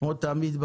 כמו תמיד,